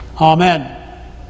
Amen